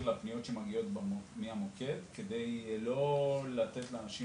לפניות שמגיעות מהמוקד כדי לא לתת לאנשים